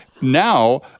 Now